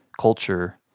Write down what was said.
culture